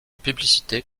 publicité